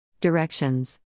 Directions